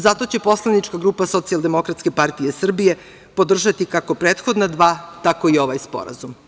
Zato će Poslanička grupa Socijaldemokratske partije Srbije podržati kako prethodna dva, tkao i ovaj sporazum.